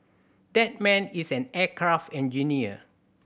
that man is an aircraft engineer